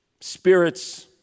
spirits